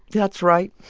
that's right